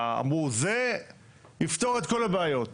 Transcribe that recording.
אמרו זה יפתור את כל הבעיות.